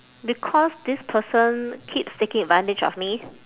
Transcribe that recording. because this person keeps taking advantage of me